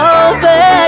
over